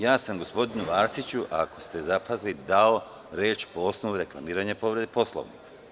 Ja sam gospodinu Arsiću ako ste zapazili dao reč po osnovu reklamiranja povrede Poslovnika.